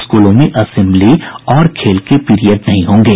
स्कूलों में असेम्बली और खेल के पीरियड नहीं होंगे